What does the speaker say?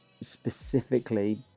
specifically